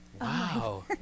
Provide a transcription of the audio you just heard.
Wow